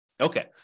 Okay